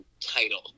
title